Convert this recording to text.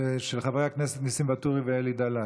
זה של חברי הכנסת ניסים ואטורי ואלי דלל.